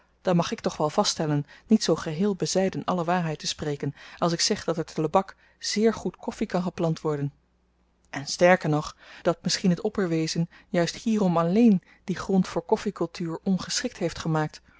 dan mag ik toch wel vaststellen niet zoo geheel bezyden alle waarheid te spreken als ik zeg dat er te lebak zeer goed koffi kan geplant worden en sterker nog dat misschien het opperwezen juist hierom alleen dien grond voor koffikultuur ongeschikt heeft gemaakt